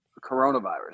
coronavirus